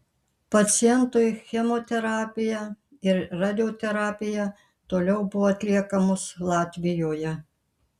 pacientui chemoterapija ir radioterapija toliau buvo atliekamos latvijoje